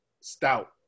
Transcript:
stout